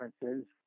differences